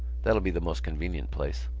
that'll be the most convenient place.